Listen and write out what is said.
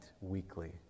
weekly